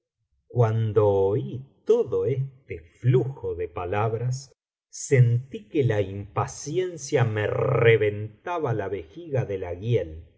cuando oí todo este flujo de palabras sentí que la impaciencia me reventaba la vejiga de la